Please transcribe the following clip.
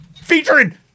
featuring